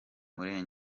ntwari